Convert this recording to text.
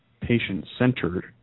patient-centered